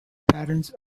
patterns